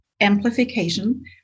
amplification